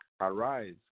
Arise